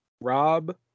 Rob